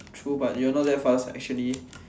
true but you're not that fast lah actually